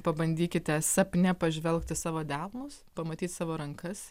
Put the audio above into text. pabandykite sapne pažvelgt į savo delnus pamatyt savo rankas